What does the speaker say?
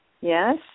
Yes